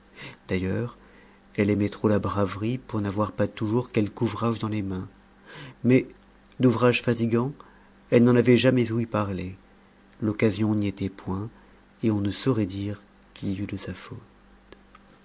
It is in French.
d'ailleurs elle aimait trop la braverie pour n'avoir pas toujours quelque ouvrage dans les mains mais d'ouvrage fatigant elle n'en avait jamais ouï parler l'occasion n'y était point et on ne saurait dire qu'il y eût de sa faute